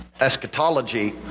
eschatology